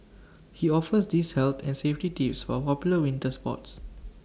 he offers these health and safety tips for popular winter sports